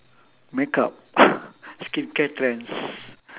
makeup skincare trends